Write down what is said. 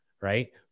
Right